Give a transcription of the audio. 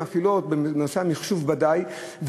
מפעילות בנושא המחשוב ודאי,